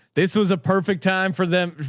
this was a perfect time for them.